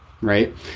right